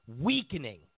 weakening